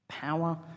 power